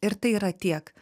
ir tai yra tiek